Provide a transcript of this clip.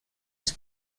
els